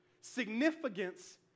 Significance